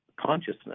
consciousness